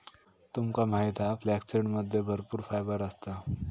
तुमका माहित हा फ्लॅक्ससीडमध्ये भरपूर फायबर असता